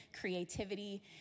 creativity